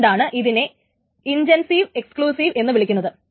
അതുകൊണ്ടാണ് ഇതിനെ intensive exclusive എന്ന് വിളിക്കുന്നത്